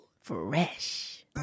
Fresh